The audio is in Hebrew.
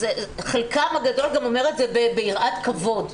חלקם הגדול גם אומר את זה ביראת כבוד,